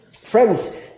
friends